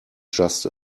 just